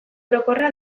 orokorra